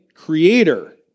Creator